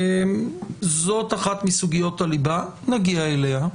זאת אחת מסוגיות הליבה, נגיע אליה.